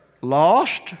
lost